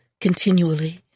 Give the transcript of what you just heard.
continually